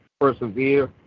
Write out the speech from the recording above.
persevere